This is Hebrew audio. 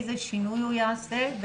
איזה שינוי הוא יעשה,